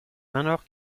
manoir